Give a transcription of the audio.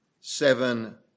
seven